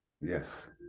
Yes